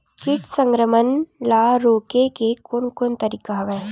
कीट संक्रमण ल रोके के कोन कोन तरीका हवय?